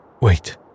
Wait